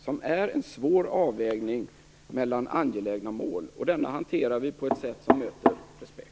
Den innebär en svår avvägning mellan angelägna mål, en avvägning som vi hanterar på ett sätt som möter respekt.